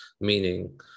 meaning